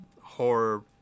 horror